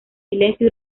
silencio